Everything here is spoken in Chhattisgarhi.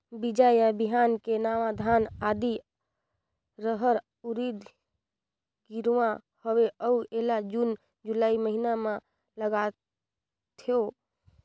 बीजा या बिहान के नवा धान, आदी, रहर, उरीद गिरवी हवे अउ एला जून जुलाई महीना म लगाथेव?